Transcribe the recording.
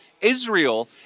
Israel